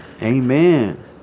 amen